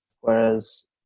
Whereas